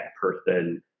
person